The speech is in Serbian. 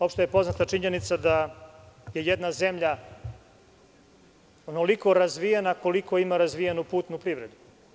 Opšte je poznata činjenica da je jedna zemlja onoliko razvijena koliko ima razvijenu putnu privredu.